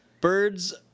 birds